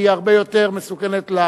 היא הרבה יותר מסוכנת,